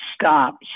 stop